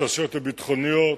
התעשיות הביטחוניות,